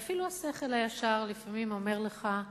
ואפילו השכל הישר לפעמים אומר לך: